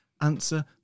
answer